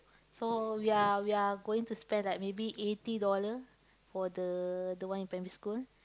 so ya we are going to spend like maybe eighty dollar for the the one in primary school